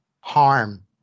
harm